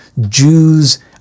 Jews